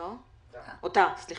עוד רגע